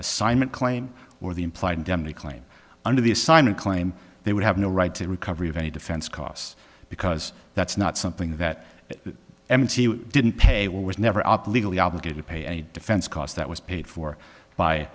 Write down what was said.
assignment claim or the implied indemnity claim under the assignment claim they would have no right to recovery of any defense costs because that's not something that we didn't pay what was never legally obligated to pay a defense cost that was paid for by